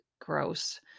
Gross